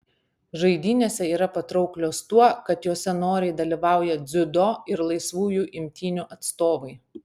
žaidynėse yra patrauklios tuo kad jose noriai dalyvauja dziudo ir laisvųjų imtynių atstovai